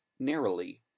narrowly